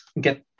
get